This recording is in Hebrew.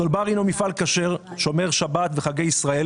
סולבר הינו מפעל כשר, שומר שבת וחגי ישראל